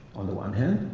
on the one hand,